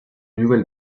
nouvelle